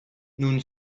nun